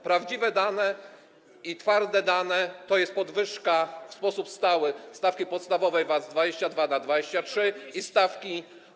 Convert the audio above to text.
Prawdziwe dane i twarde dane to podwyżka w sposób stały stawki podstawowej VAT z 22 na 23% i stawki.